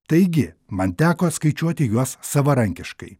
taigi man teko skaičiuoti juos savarankiškai